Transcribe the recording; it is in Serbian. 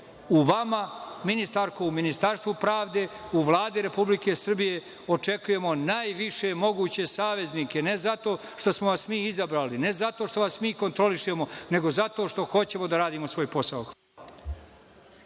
u vama ministarko, u Ministarstvu pravde, u Vladi Republike Srbije očekujemo najviše moguće saveznike. Ne zato što smo vas mi izabrali, ne zato što smo vas mi kontrolišemo, nego zato što hoćemo da radimo svoj posao.